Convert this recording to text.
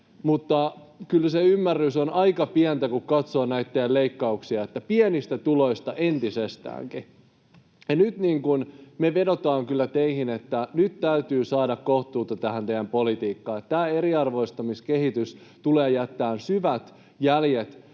mutta kyllä se ymmärrys on aika pientä, kun katsoo näitä teidän leikkauksianne, kun pienistä tuloista otetaan entisestäänkin. Nyt me vedotaan kyllä teihin, että nyt täytyy saada kohtuutta tähän teidän politiikkaanne. Tämä eriarvoistamiskehitys tulee jättämään syvät jäljet